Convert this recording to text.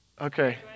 Okay